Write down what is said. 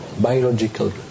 biological